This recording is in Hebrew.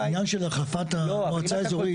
העניין של החלפת המועצה האזורית.